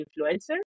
influencer